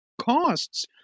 costs